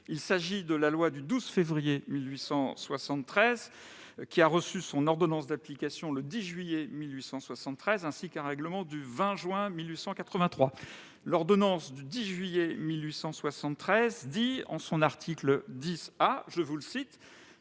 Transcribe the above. est régi par la loi du 12 février 1873, qui a reçu son ordonnance d'application le 10 juillet 1873, ainsi que par un règlement du 20 juin 1883. L'ordonnance du 10 juillet 1873 dispose, en son article 10 A :« Dans toutes